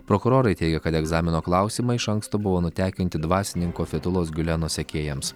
prokurorai teigia kad egzamino klausimai iš anksto buvo nutekinti dvasininko fetulos giuleno sekėjams